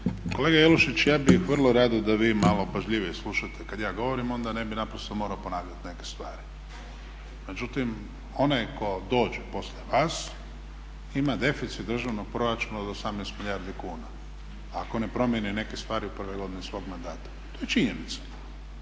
Kolega Jelušić ja bih vrlo rado da vi malo pažljivije slušate kad ja govorim onda ja ne bih naprosto morao ponavljati neke stvari. Međutim, onaj tko dođe poslije vas ima deficit državnog proračuna od 18 milijardi kuna ako ne promijeni neke stvari u prvoj godini svog mandata. To je činjenica.